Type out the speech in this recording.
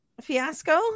fiasco